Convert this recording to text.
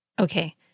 Okay